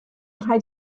rhaid